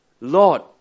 Lord